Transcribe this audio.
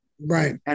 Right